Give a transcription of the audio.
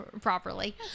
properly